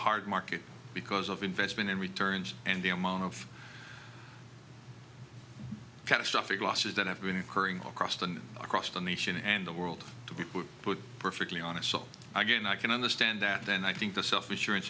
hard market because of investment in returns and the amount of catastrophic losses that have been occurring across the across the nation and the world to be put on it so again i can understand that then i think the self assurance